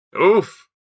Oof